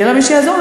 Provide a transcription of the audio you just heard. יהיה מי שיעזור לה.